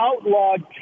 outlawed